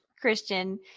Christian